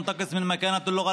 תתבייש לך.